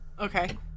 Okay